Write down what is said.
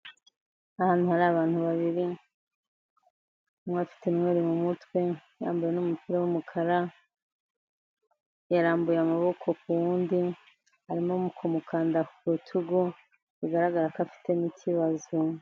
Ahantu hari abantu babiri, umwe afite inweri mu mutwe, yambaye n'umupira w'umukara, yarambuye amaboko ku wundi, arimo kumukanda ku rutugu, bigaragara ko afitemo ikibazo.